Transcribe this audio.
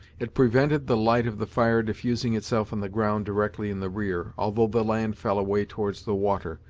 it prevented the light of the fire diffusing itself on the ground directly in the rear, although the land fell away towards the water,